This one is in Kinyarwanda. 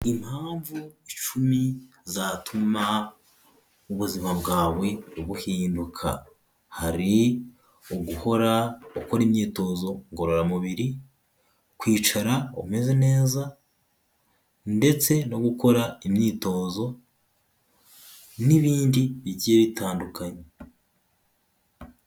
Impamvu icumi zatuma ubuzima bwawe buhinduka; hari uguhora ukora imyitozo ngororamubiri, kwicara umeze neza ndetse no gukora imyitozo, n'ibindi bigiye bitandukanye.